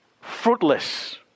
fruitless